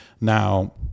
now